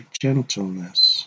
gentleness